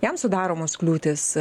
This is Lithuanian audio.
jam sudaromos kliūtys